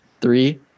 Three